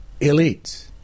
elites